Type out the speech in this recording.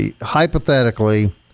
hypothetically